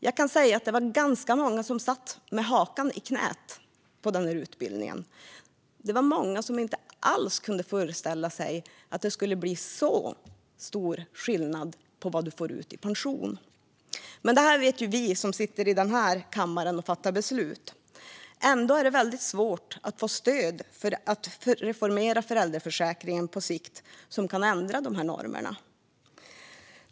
Jag kan säga att det var ganska många som satt med hakan i knät på den utbildningen. Det var många som inte alls kunde föreställa sig att det skulle bli så stor skillnad på vad du får ut i pension. Men det här vet ju vi som sitter i den här kammaren och fattar beslut. Ändå är väldigt svårt att få stöd för att reformera föräldraförsäkringen på sikt så att man kan ändra dessa normer.